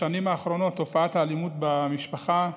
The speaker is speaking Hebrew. בשנים האחרונות תופעת האלימות במשפחה,